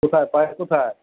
কোথায় পায়ের কোথায়